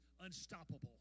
unstoppable